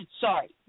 Sorry